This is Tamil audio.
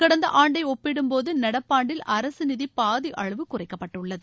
கடந்த ஆண்டை ஒப்பிடும்போது நடப்பாண்டில் அரசு நிதி பாதி அளவு குறைக்கப்பட்டுள்ளது